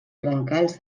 brancals